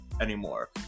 anymore